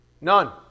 None